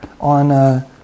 on